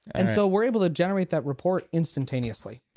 and so we're able to generate that report instantaneously.